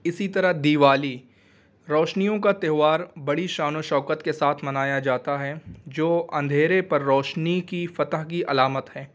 اسی طرح دیوالی روشنیوں کا تہوار بڑی شان و شوکت کے ساتھ منایا جاتا ہے جو اندھیرے پر روشنی کی فتح کی علامت ہیں